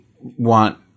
want